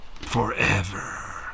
Forever